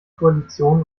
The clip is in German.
koalition